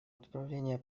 отправление